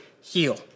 heal